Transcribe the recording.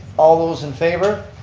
all those in favor.